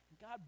God